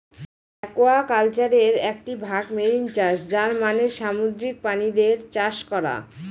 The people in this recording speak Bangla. একুয়াকালচারের একটি ভাগ মেরিন চাষ যার মানে সামুদ্রিক প্রাণীদের চাষ করা